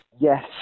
Yes